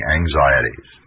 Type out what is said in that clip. anxieties